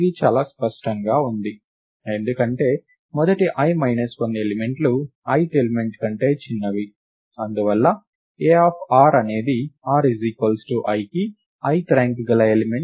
ఇది చాలా స్పష్టంగా ఉంది ఎందుకంటే మొదటి i 1 ఎలిమెంట్లు ith ఎలిమెంట్ కంటే చిన్నవి అందువల్ల ar అనేది r i కి ith ర్యాంక్ గల ఎలిమెంట్స్ అవుతాయి